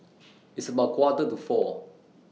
its about Quarter to four